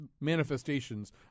manifestations